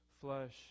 flesh